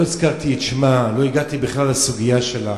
לא הזכרתי את שמה, לא הגעתי בכלל לסוגיה שלה.